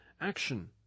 ACTION